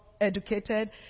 educated